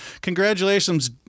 congratulations